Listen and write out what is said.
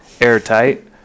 airtight